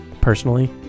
personally